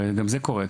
הרי גם זה קורה,